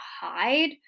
hide